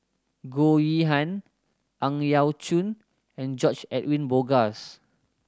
Goh Yihan Ang Yau Choon and George Edwin Bogaars